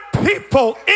people